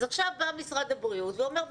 אז עכשיו בא משרד הבריאות ואומר,